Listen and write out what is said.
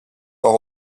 port